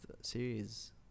series